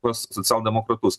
pas socialdemokratus